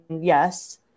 yes